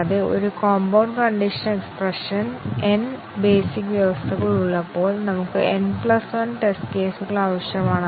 അതിനാൽ ഒരു ബ്രാഞ്ച് എക്സ്പ്രഷനിൽ നമുക്ക് n ആറ്റോമിക് എക്സ്പ്രഷനുകൾ ഉണ്ടെങ്കിൽ ഞങ്ങൾക്ക് 2n ടെസ്റ്റ് കേസുകൾ ആവശ്യമാണ്